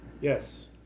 Yes